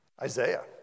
Isaiah